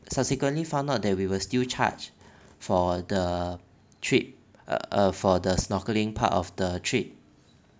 subsequently found out that we were still charge for the trip ah for the snorkeling part of the trip